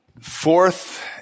fourth